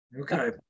okay